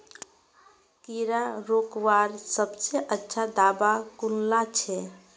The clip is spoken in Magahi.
कीड़ा रोकवार सबसे अच्छा दाबा कुनला छे?